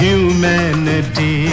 Humanity